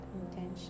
intention